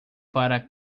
para